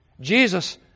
Jesus